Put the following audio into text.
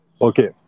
Okay